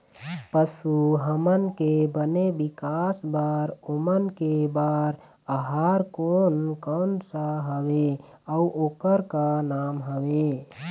पशु हमन के बने विकास बार ओमन के बार आहार कोन कौन सा हवे अऊ ओकर का नाम हवे?